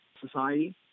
society